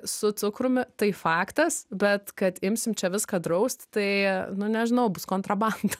su cukrumi tai faktas bet kad imsim čia viską draust tai nu nežinau bus kontrabanda